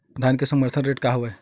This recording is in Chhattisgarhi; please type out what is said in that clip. धान के समर्थन रेट का हवाय?